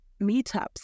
meetups